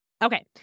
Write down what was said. Okay